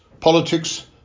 politics